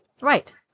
Right